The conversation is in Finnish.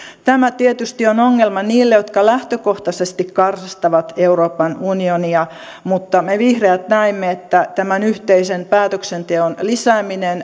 tämä tietysti on ongelma niille jotka lähtökohtaisesti karsastavat euroopan unionia mutta me vihreät näemme että tämän yhteisen päätöksenteon lisääminen